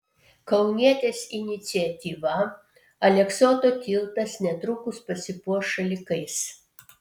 kaunietės iniciatyva aleksoto tiltas netrukus pasipuoš šalikais